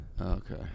okay